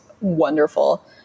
wonderful